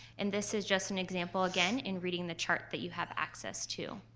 and this is just an example again in reading the chart that you have access to.